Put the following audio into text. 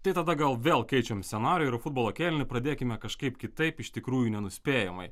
tai tada gal vėl keičiam scenarijų ir futbolo kėlinį pradėkime kažkaip kitaip iš tikrųjų nenuspėjamai